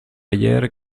ayer